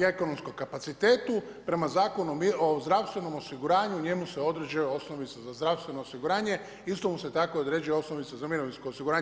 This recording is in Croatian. ekonomskom kapacitetu prema Zakonu o zdravstvenom osiguranju u njemu se određuje osnovica za zdravstveno osiguranje, isto mu se tako određuje osnovica za mirovinsko osiguranje.